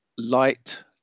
Light